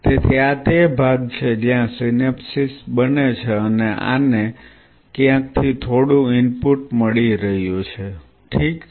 તેથી આ તે ભાગ છે જ્યાં સિનેપ્સ બને છે અને આને ક્યાંકથી થોડું ઇનપુટ મળી રહ્યું છે ઠીક છે